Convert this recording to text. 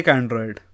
Android